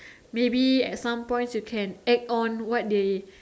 maybe at some points you can act on what they